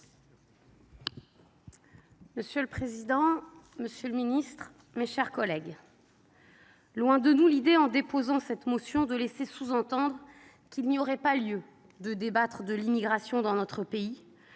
monsieur le ministre, madame la secrétaire d’État, mes chers collègues, loin de nous l’idée, en déposant cette motion, de laisser sous entendre qu’il n’y aurait pas lieu de débattre de l’immigration dans notre pays.